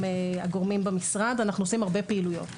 הגורמים במשרד אנחנו עושים הרבה פעילויות.